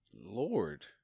Lord